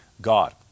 God